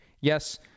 Yes